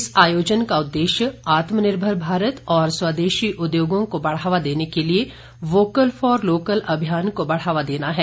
इस आयोजन का उद्देश्य आत्मनिर्भर भारत और स्वदेशी उद्योगों को बढ़ावा देने के लिए वोकल फॉर लोकल अभियान को बढ़ावा देना है